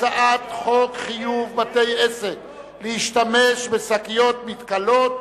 הצעת חוק חיוב בתי-עסק להשתמש בשקיות מתכלות,